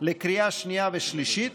לקריאה שנייה ושלישית